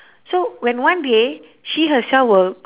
so when one day she herself will